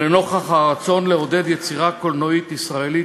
ולנוכח הרצון לעודד יצירה קולנועית ישראלית,